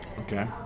Okay